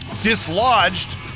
dislodged